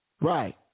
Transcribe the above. Right